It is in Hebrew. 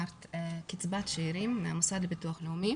קצבת שארים מהמוסד לביטוח לאומי.